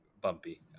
bumpy